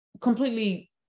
completely